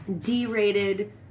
D-rated